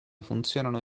funzionano